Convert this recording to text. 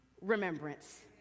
remembrance